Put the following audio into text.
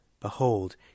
Behold